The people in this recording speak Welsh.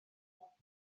pob